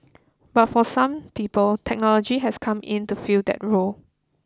but for some people technology has come in to fill that role